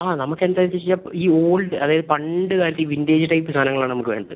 ആ നമുക്ക് എന്താണ് വെച്ചാൽ ചെയ്യാം ഈ ഓൾഡ് അതായത് പണ്ട് കാലത്തെ ഈ വിൻറ്റേജ് ടൈപ്പ് സാധനങ്ങളാണ് നമുക്ക് വേണ്ടത്